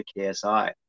KSI